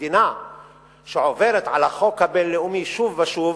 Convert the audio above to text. מדינה שעוברת על החוק הבין-לאומי שוב ושוב,